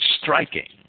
striking